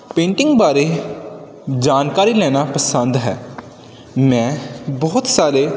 painting ਬਾਰੇ ਜਾਣਕਾਰੀ ਲੈਣਾ ਪਸੰਦ ਹੈ ਮੈਂ ਬਹੁਤ ਸਾਰੇ